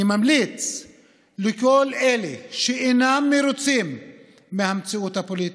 אני ממליץ לכל אלה שאינם מרוצים מהמציאות הפוליטית,